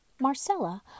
Marcella